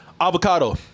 Avocado